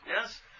yes